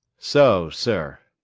so, sir.